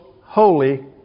holy